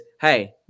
hey